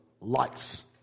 lights